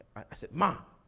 i said, ma,